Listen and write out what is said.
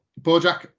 Bojack